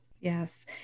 Yes